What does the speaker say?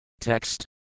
Text